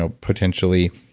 ah potentially,